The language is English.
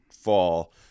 fall